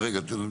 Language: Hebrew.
רגע, תן לו.